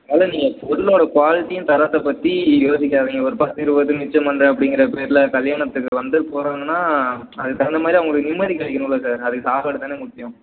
அதனால் நீங்கள் பொருளோடய க்வாலிட்டியும் தரத்தைப் பற்றி யோசிக்காதிங்க ஒரு பத்து இருபது மிச்சம் பண்ணுறேன் அப்படிங்கிற பேரில் கல்யாணத்துக்கு வந்து போகிறாங்கன்னா அதுக்குத் தகுந்த மாதிரி அவங்களுக்கு நிம்மதி கிடைக்கணுல்ல சார் அதுக்கு சாப்பாடு தானே முக்கியம்